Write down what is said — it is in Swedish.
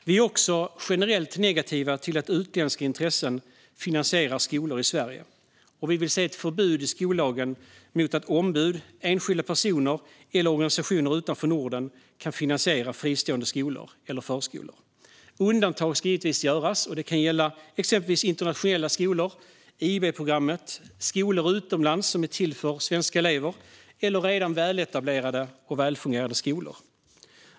Vi är också generellt negativa till att utländska intressen finansierar skolor i Sverige, och vi vill se ett förbud i skollagen mot att ombud, enskilda personer eller organisationer utanför Norden kan finansiera fristående skolor eller förskolor. Undantag ska givetvis göras för till exempel internationella skolor, IB-programmet, skolor utomlands som är avsedda för svenska elever eller redan väletablerade och välfungerande skolor.